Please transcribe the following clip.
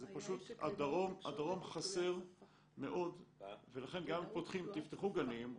פשוט הדרום חסר מאוד ולכן אם תפתחו גנים,